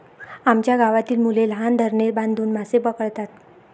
आमच्या गावातील मुले लहान धरणे बांधून मासे पकडतात